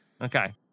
okay